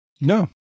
No